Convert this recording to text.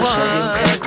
one